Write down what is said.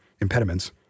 impediments